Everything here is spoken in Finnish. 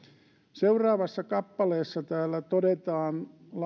seuraavassa kappaleessa täällä todetaan